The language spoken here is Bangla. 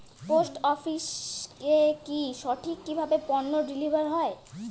পোস্ট অফিসে কি সঠিক কিভাবে পন্য ডেলিভারি হয়?